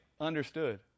understood